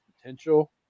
potential